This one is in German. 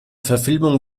verfilmung